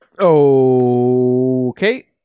Okay